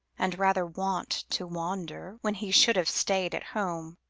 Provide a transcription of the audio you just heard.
and rather wont to wander when he should have stayed at home,